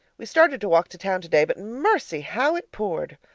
we started to walk to town today, but mercy! how it poured.